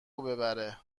ببره